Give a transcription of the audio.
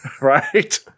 Right